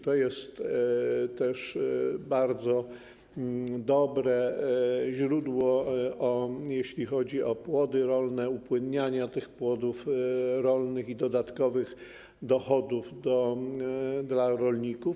To jest też bardzo dobre źródło, jeśli chodzi o płody rolne, upłynniania tych płodów rolnych i dodatkowych dochodów dla rolników.